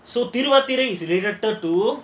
so Thiruvathirai is restricted to